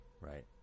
Right